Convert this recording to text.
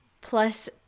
Plus